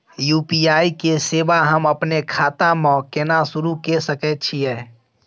UPI के सेवा हम अपने खाता म केना सुरू के सके छियै?